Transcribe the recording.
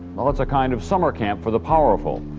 well it's a kind of summer camp for the powerful.